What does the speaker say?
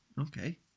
Okay